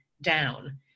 down